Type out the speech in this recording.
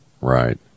Right